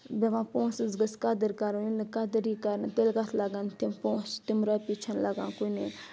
دَپان پونٛسَس گٔژھِ قدٕر کَرُن ییٚلہِ نہٕ قدر یہِ کَرنہٕ تیٚلہِ کَتھ لَگان تِم پونٛسہٕ تِم رۄپیہِ چھِ نہٕ لَگان کُنہِ